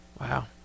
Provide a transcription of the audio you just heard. Wow